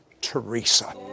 Teresa